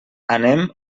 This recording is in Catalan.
anem